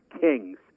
kings